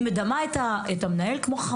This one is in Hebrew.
אני מדברת בכל הרצינות.